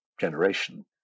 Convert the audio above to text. generation